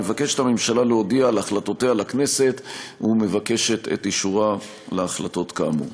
מבקשת הממשלה להודיע על החלטותיה לכנסת ומבקשת את אישורה להחלטות כאמור.